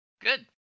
Good